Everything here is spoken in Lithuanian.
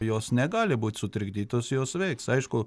jos negali būt sutrikdytos jos veiks aišku